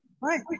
right